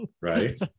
right